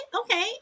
Okay